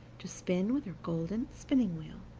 to spin with her golden spinning-wheel,